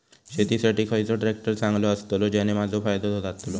शेती साठी खयचो ट्रॅक्टर चांगलो अस्तलो ज्याने माजो फायदो जातलो?